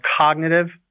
cognitive